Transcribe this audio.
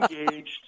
engaged